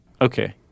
Okay